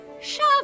Shove